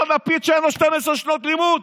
לפיד, שאין לו 12 שנות לימוד.